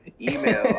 email